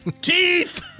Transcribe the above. Teeth